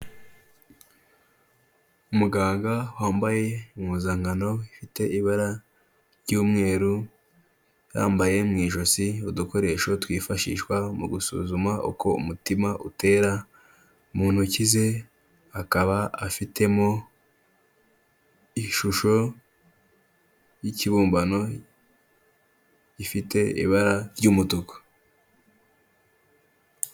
Umuganga wambaye impuzankano ifite ibara ry'umweru, yambaye mu ijosi udukoresho twifashishwa mu gusuzuma uko umutima utera, mu ntoki ze akaba afitemo ishusho y'ikibumbano gifite ibara ry'umutuku.